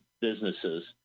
businesses